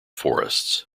forests